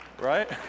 Right